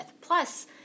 plus